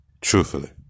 Truthfully